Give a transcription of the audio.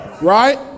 right